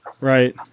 Right